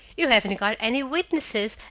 you haven't got any witnesses,